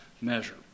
measure